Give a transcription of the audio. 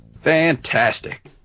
Fantastic